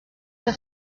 que